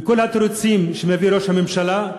וכל התירוצים שמביא ראש הממשלה,